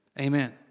Amen